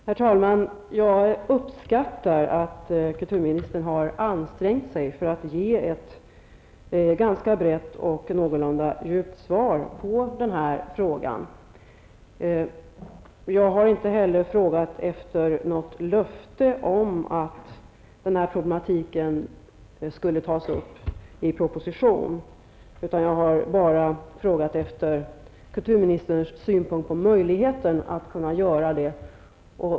Herr talman! Jag uppskattar att kulturministern har ansträngt sig för att ge ett ganska brett och någorlunda djupt svar på denna fråga. Jag har inte heller bett om något löfte om att denna problematik skall tas upp i en proposition, utan jag har bara frågat efter kulturministerns synpunkt på möjligheten att göra det.